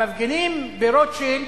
המפגינים ברוטשילד